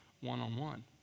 one-on-one